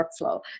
workflow